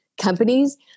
companies